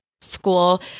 school